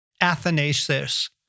Athanasius